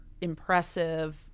impressive